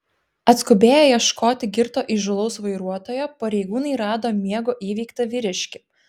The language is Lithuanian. atskubėję ieškoti girto įžūlaus vairuotojo pareigūnai rado miego įveiktą vyriškį